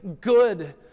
good